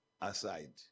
Aside